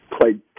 Played